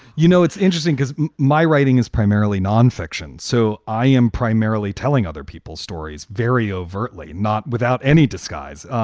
you know, it's interesting because my writing is primarily nonfiction. so i am primarily telling other people's stories very overtly, not without any disguise.